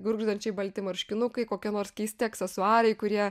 gurgždančiai balti marškinukai kokie nors keisti aksesuarai kurie